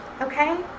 Okay